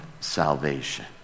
salvation